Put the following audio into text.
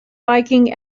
viking